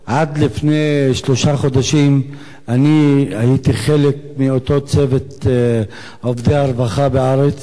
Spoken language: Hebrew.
עד לפני שלושה חודשים אני הייתי חלק מאותו צוות עובדי הרווחה בארץ,